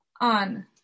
on